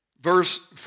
verse